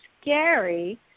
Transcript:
scary –